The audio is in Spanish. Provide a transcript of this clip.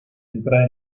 entrar